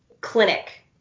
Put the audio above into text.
clinic